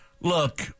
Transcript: Look